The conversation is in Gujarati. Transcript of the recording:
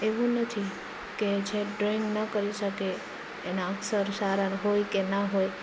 એવું નથી કે જે ડ્રોઈંગ ન કરી શકે એના અક્ષર સારા હોય કે ના હોય